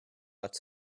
its